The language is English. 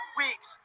weeks